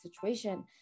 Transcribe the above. situation